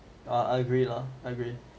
ah I agree lah I agree